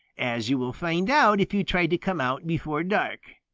as you will find out if you try to come out before dark.